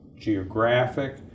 geographic